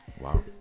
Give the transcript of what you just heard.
Wow